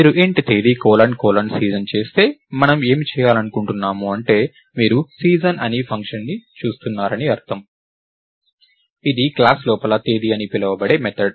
మీరు Int తేదీ colon colon season చేస్తే మనము ఏమి చేయాలనుకుంటున్నాము అంటే మీరు సీజన్ అనే ఫంక్షన్ని చూస్తున్నారని అర్థం ఇది ఈ క్లాస్ లోపల తేదీ అని పిలువబడే మెథడ్